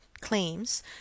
claims